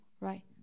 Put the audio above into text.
right